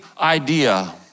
idea